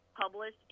published